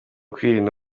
kwirindira